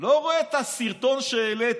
לא רואה את הסרטון שהעליתי.